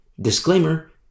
disclaimer